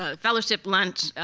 ah fellowship lunch,